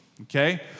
Okay